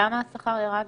למה השכר ירד?